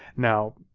now,